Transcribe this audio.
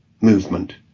movement